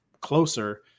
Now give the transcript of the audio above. closer